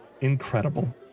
incredible